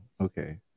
okay